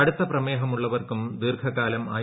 കടുത്ത പ്രമേഹം ഉള്ളവർക്കും ദീർഘകാലം ഐ